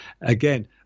Again